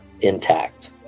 intact